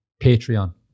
Patreon